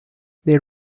they